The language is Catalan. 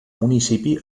municipi